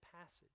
passage